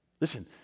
Listen